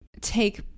take